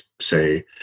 say